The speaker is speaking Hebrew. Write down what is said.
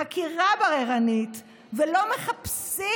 חקירה בררנית, ולא מחפשים